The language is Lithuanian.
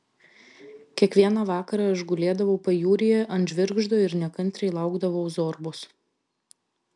kiekvieną vakarą aš gulėdavau pajūryje ant žvirgždo ir nekantriai laukdavau zorbos